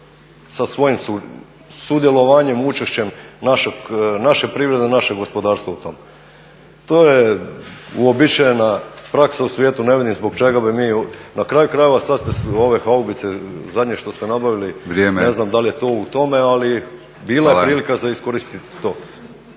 sa svojim sudjelovanjem, učešćem naše privrede, našeg gospodarstva u tome. To je uobičajena praksa u svijetu, ne vidim zbog čega bi mi, na kraju krajeva sad ste ove haubice zadnje što ste nabavili ne znam da li je to u tome, ali bila je prilika za iskoristiti to.